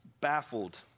baffled